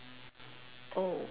oh